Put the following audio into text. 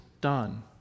done